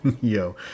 Yo